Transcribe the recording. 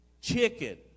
Chicken